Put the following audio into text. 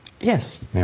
Yes